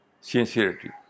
sincerity